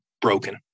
broken